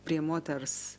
prie moters